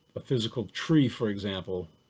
a physical tree, for example,